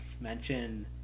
mention